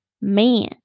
man